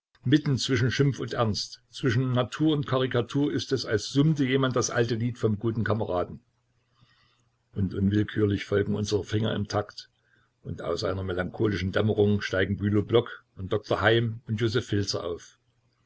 mitten zwischen schimpf und ernst zwischen natur und karikatur ist es als summte jemand das alte lied vom guten kameraden und unwillkürlich folgen unsere finger im takt und aus einer melancholischen dämmerung steigen bülow-block und dr heim und josef filser auf